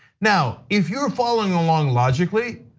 now, if you're following along logically,